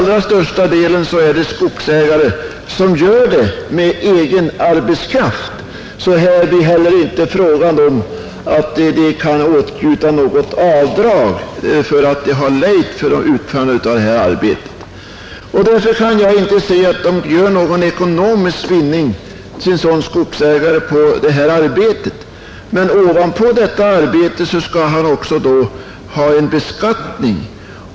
Mestadels tas virket till vara med egen arbetskraft; skogsägarna kan alltså inte åtnjuta något avdrag för kostnader för lejd arbetskraft. Därför kan jag inte se att en skogsägare gör någon ekonomisk vinning på detta arbete. Men ovanpå det skall han då också ha en beskattning.